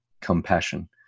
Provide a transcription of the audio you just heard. compassion